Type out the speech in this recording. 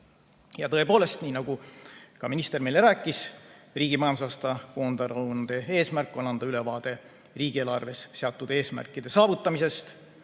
Tõepoolest, nii nagu ka minister meile rääkis, riigi majandusaasta koondaruande eesmärk on anda ülevaade riigieelarves seatud eesmärkide saavutamisest,